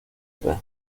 tres